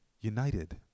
united